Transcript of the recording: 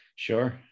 Sure